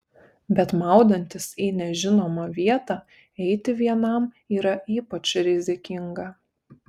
bet maudantis į nežinomą vietą eiti vienam yra ypač rizikinga